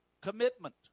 commitment